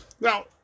Now